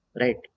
right